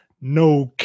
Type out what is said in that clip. no